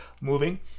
moving